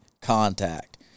contact